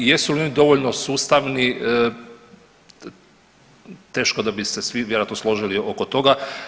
Jesu li oni dovoljno sustavni teško da bi se svi vjerojatno složili oko toga.